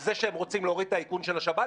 זה שהם רוצים להוריד את האיכון של השב"כ,